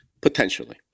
potentially